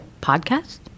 podcast